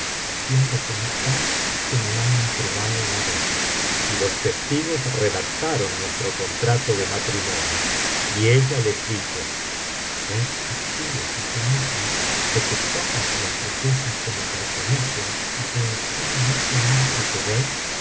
haciendo constar que me ha entregado la dote y los testigos redactaron nuestro contrato de matrimonio y ella les dijo sed testigos asimismo de que todas las riquezas que me pertenecen y que están en esa arca que veis